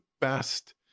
best